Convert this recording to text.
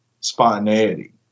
spontaneity